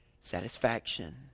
satisfaction